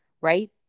right